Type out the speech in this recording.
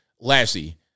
Lassie